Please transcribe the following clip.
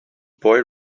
boy